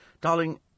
Darling